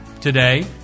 Today